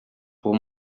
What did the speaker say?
pour